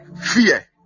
fear